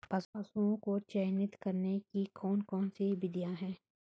पशुओं को चिन्हित करने की कौन कौन सी विधियां हैं?